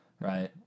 Right